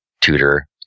tutor